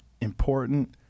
important